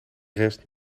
rest